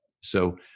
So-